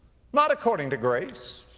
not according to grace,